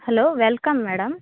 hello welcome madam